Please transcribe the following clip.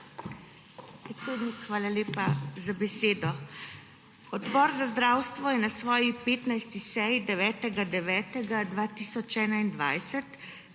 hvala lepa za besedo. Odbor za zdravstvo je na svoji 15. seji 9. 9. 2021